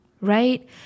right